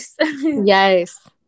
yes